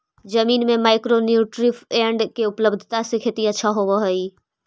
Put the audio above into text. जमीन में micro nutrient के उपलब्धता से खेती अच्छा होब हई